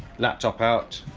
laptop out,